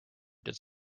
does